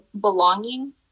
belonging